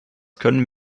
können